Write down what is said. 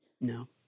No